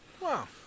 Wow